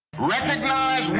recognize